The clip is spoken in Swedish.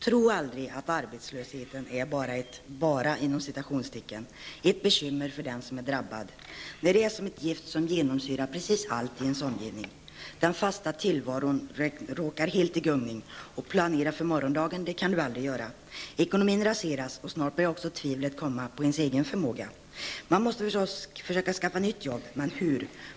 Tro aldrig att arbetslösheten ''bara'' är ett bekymmer för den som drabbas. Den är som ett gift som genomsyrar precis allt i ens omgivning. Den fasta tillvaron råkar helt i gungning, och man kan aldrig planera för morgondagen. Ekonomin raseras, och snart börjar också tvivlet komma på den egna förmågan. Man måste förstås försöka att skaffa ett nytt jobb, men hur?